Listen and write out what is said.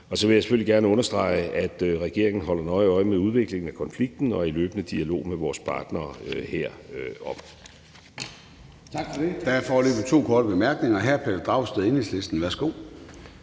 Så vil jeg selvfølgelig også gerne understrege, at regeringen holder nøje øje med udviklingen af konflikten, og at vi er i løbende dialog med vores partnere herom. Kl. 21:46 Formanden (Søren Gade): Tak for det. Der er foreløbig to korte bemærkninger. Hr. Pelle Dragsted, Enhedslisten. Værsgo.